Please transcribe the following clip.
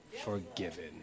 forgiven